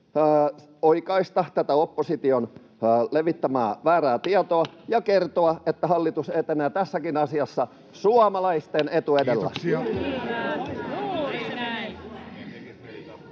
oikaista tätä opposition levittämää väärää tietoa ja kertoa, että hallitus etenee tässäkin asiassa suomalaisten etu edellä?